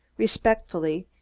respectfully,